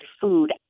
food